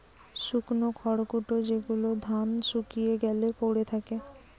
শুকনো খড়কুটো যেগুলো ধান শুকিয়ে গ্যালে পড়ে থাকে